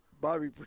bobby